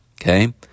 okay